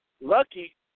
lucky